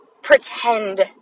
pretend